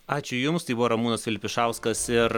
ačiū jums tai buvo ramūnas vilpišauskas ir